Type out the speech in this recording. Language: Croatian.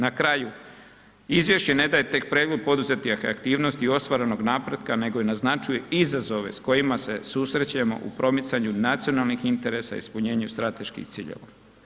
Na kraju, izvješće ne daje tek pregled poduzetih aktivnosti i ostvarenog napretka, nego i naznačuje izazove s kojima se susrećemo u promicanju nacionalnih interesa i ispunjenju strateških ciljeva.